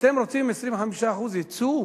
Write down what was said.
אתם רוצים 25% יצוא?